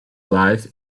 life